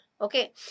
Okay